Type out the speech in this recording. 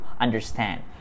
understand